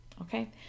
okay